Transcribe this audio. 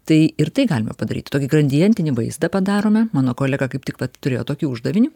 tai ir tai galima padaryt tokį gradientinį vaizdą padarome mano kolega kaip tik vat turėjo tokį uždavinį